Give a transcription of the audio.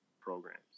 programs